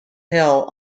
hell